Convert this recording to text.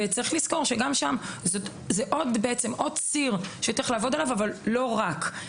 וצריך לזכור שגם שם זה עוד ציר שצריך לעבוד עליו אבל לא רק.